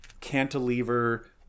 cantilever